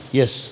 yes